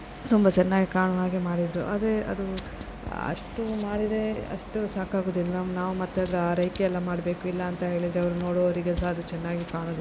ತುಂಬ ಚೆನ್ನಾಗಿ ಕಾಣುವ ಹಾಗೆ ಮಾಡಿದರು ಆದರೆ ಅದು ಅಷ್ಟು ಮಾಡಿದರೆ ಅಷ್ಟು ಸಾಕಾಗುವುದಿಲ್ಲ ನಾವು ಮತ್ತೆ ಅದರ ಆರೈಕೆ ಎಲ್ಲ ಮಾಡಬೇಕು ಇಲ್ಲ ಅಂತ ಹೇಳಿದರೆ ಅವು ನೋಡುವವರಿಗೆ ಸಹ ಅದು ಚೆನ್ನಾಗಿ ಕಾಣೋದಿಲ್ಲ